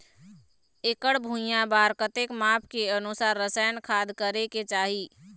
एकड़ भुइयां बार कतेक माप के अनुसार रसायन खाद करें के चाही?